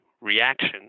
reaction